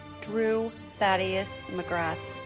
drew thaddeus mcgrath